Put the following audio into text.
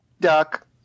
duck